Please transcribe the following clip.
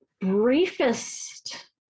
briefest